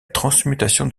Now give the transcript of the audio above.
transmutation